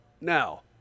now